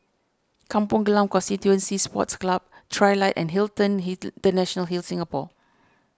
Kampong Glam Constituency Sports Club Trilight and Hilton International Singapore